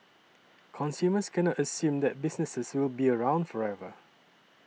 consumers cannot assume that businesses will be around forever